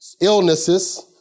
illnesses